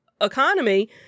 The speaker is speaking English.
economy